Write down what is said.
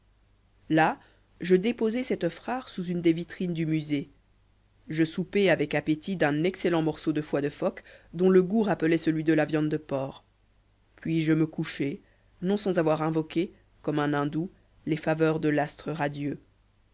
là je déposai cet oeuf rare sous une des vitrines du musée je soupai avec appétit d'un excellent morceau de foie de phoque dont le goût rappelait celui de la viande de porc puis je me couchai non sans avoir invoqué comme un indou les faveurs de l'astre radieux